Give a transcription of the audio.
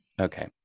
Okay